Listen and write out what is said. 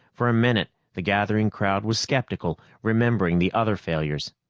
for a minute, the gathering crowd was skeptical, remembering the other failures.